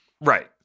Right